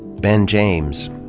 ben james.